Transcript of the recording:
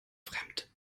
fremd